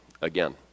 again